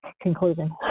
conclusion